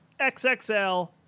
XXL